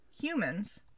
humans